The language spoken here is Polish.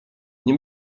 nie